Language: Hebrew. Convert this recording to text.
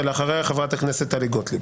ואחריה חברת הכנסת טלי גוטליב.